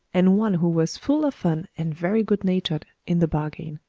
and one who was full of fun and very good-natured in the bargain.